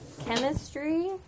chemistry